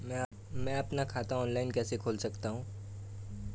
मैं अपना खाता ऑफलाइन कैसे खोल सकता हूँ?